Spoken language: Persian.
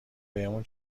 بهمون